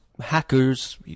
Hackers